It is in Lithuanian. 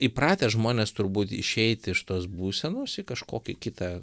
įpratę žmonės turbūt išeiti iš tos būsenos į kažkokį kitą